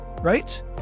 right